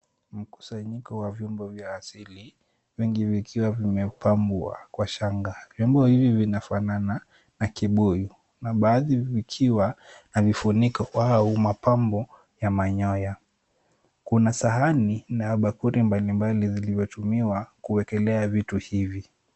Mkusanyiko wa viungo vya asili vingi vikiwa vimepambwa kwa shanga. Vyombo hivi vinafanana na kibuyu na baadhi vikiwa na vifuniko au mapambo ya manyoya. Kuna sahani na bakuli mbalimbali zilizotumiwa kuekelea vitu hivi.